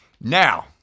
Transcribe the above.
Now